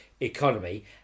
economy